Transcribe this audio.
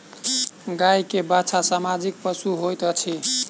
गाय के बाछा सामाजिक पशु होइत अछि